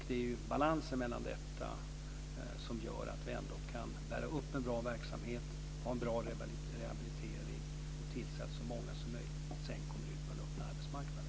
Det är balansen mellan detta som gör att vi ändå kan bära upp en bra verksamhet, ha en bra rehabilitering och tillse att så många som möjligt sedan kommer ut på den öppna arbetsmarknaden.